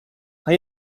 hai